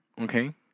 okay